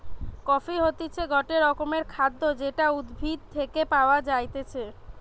coffee হতিছে গটে রকমের খাদ্য যেটা উদ্ভিদ থেকে পায়া যাইতেছে